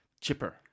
chipper